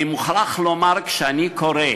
אני מוכרח לומר, כשאני קורא